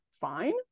fine